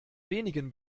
wenigen